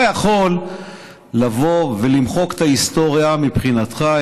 אז אתה יכול לבוא ולמחוק את ההיסטוריה מבחינתך,